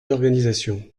d’organisation